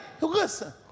listen